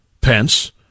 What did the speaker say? Pence